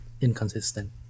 inconsistent